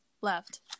left